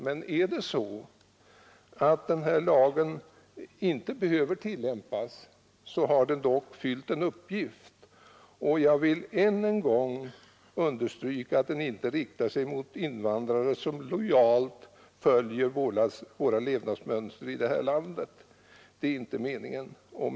Men behöver den inte tillämpas har den dock fyllt en uppgift. Jag vill återigen understryka att den inte riktar sig mot invandrare som lojalt följer vårt levnadsmönster här i landet. Det är inte meningen med den.